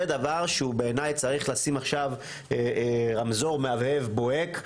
זה דבר שהוא בעיניי צריך לשים עכשיו רמזור מהבהב בוהק,